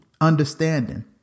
understanding